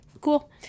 Cool